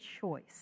choice